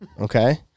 okay